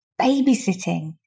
babysitting